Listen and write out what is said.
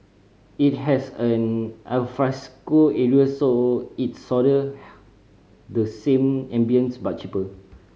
it has an alfresco area so it's sorta the same ambience but cheaper